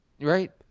Right